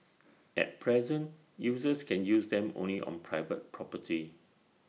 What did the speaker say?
at present users can use them only on private property